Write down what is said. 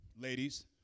Ladies